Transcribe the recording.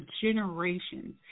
generations